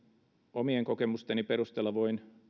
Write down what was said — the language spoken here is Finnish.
omien kokemusteni perusteella voin